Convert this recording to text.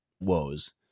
woes